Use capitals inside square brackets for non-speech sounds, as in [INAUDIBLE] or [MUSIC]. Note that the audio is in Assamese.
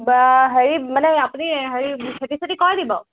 [UNINTELLIGIBLE] হেৰি মানে আপুনি হেৰি খেতি চেতি কৰেনি বাৰু